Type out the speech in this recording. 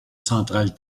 centrale